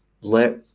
Let